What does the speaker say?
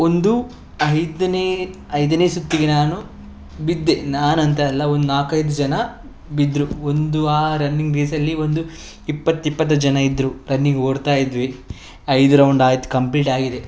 ಒಂದು ಐದನೇ ಐದನೇ ಸುತ್ತಿಗೆ ನಾನು ಬಿದ್ದೆ ನಾನಂತ ಅಲ್ಲ ಒಂದು ನಾಲ್ಕೈದು ಜನ ಬಿದ್ದರು ಒಂದು ಆ ರನ್ನಿಂಗ್ ರೇಸಲ್ಲಿ ಒಂದು ಇಪ್ಪತ್ತು ಇಪ್ಪತ್ತೈದು ಜನ ಇದ್ದರು ರನ್ನಿಂಗ್ ಓಡ್ತಾ ಇದ್ವಿ ಐದು ರೌಂಡ್ ಆಯ್ತು ಕಂಪ್ಲೀಟ್ ಆಗಿದೆ